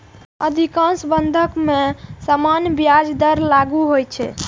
अधिकांश बंधक मे सामान्य ब्याज दर लागू होइ छै